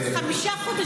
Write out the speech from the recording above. חמישה חודשים.